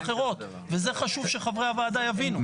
אחרות וזה חשוב שחברי הוועדה יבינו.